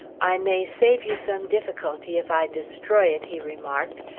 i may save you some difficulty if i destroy it, he remarked,